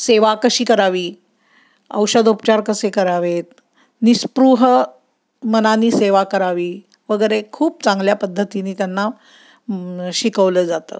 सेवा कशी करावी औषधोपचार कसे करावेत निस्पृह मनाने सेवा करावी वगैरे खूप चांगल्या पद्धतीने त्यांना शिकवलं जातं